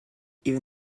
even